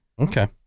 okay